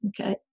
okay